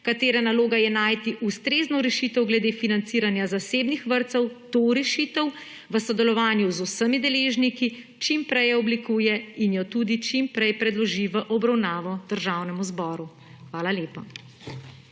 katere naloga je najti ustrezno rešitev glede financiranja zasebnih vrtcev, to rešitev v sodelovanju z vsemi deležniki čim prej oblikuje in jo tudi čim prej predloži v obravnavo Državnemu zboru. Hvala lepa.